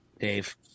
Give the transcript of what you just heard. Dave